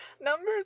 Number